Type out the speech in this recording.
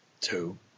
Two